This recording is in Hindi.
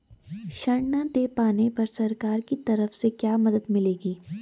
ऋण न दें पाने पर सरकार की तरफ से क्या मदद मिलेगी?